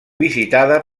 visitada